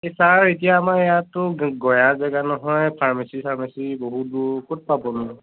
sir এতিয়া আমাৰ ইয়াততো গ গঞা জেগা নহয় ফাৰ্মেছী চাৰ্মেছী বহুত দূৰ ক'ত পাবনো